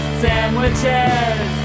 sandwiches